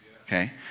Okay